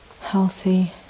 healthy